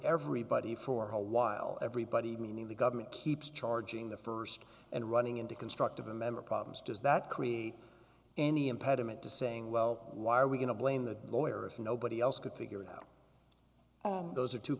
everybody for a while everybody meaning the government keeps charging the st and running into constructive remember problems does that create any impediment to saying well why are we going to blame the lawyer if nobody else could figure it out those are two